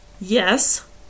Yes